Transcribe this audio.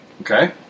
Okay